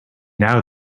now